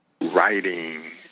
writing